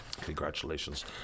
Congratulations